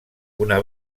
una